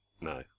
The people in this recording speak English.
No